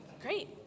Great